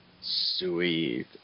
Sweet